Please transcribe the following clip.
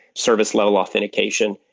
service level authentication,